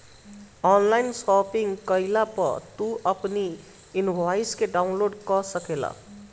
online shopping कईला पअ तू अपनी इनवॉइस के डाउनलोड कअ सकेला